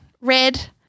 red